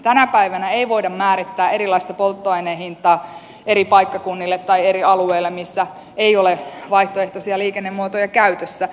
tänä päivänä ei voida määrittää erilaista polttoaineen hintaa eri paikkakunnille tai eri alueille missä ei ole vaihtoehtoisia liikennemuotoja käytössä